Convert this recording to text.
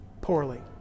poorly